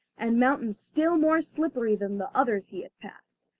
and mountains still more slippery than the others he had passed,